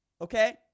okay